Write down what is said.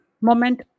moment